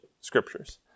scriptures